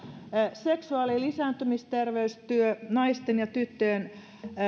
seksuaali ja lisääntymisterveystyö naisten ja tyttöjen